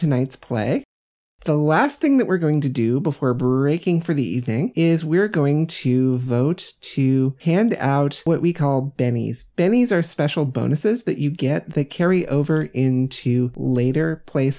tonight's play the last thing that we're going to do before breaking for the evening is we're going to vote to hand out what we call bennies bennies or special bonuses that you get they carry over into later play